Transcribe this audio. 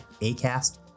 Acast